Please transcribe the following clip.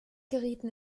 gerieten